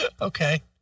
Okay